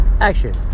action